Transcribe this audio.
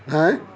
ହେଁ